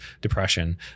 depression